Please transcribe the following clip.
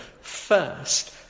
first